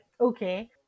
Okay